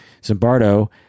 Zimbardo